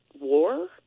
war